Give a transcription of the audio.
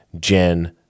Jen